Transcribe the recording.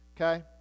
okay